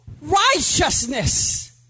righteousness